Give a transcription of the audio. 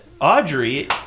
Audrey